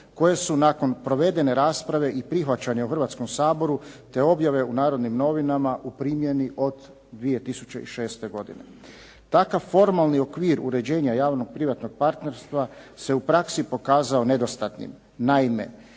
koje su nakon provedene rasprave i prihvaćanja u Hrvatskom saboru, te objave u “Narodnim novinama“ u primjeni od 2006. godine. Takav formalni okvir uređenja javnog privatnog partnerstva se u praksi pokazao nedostatnim. Naime,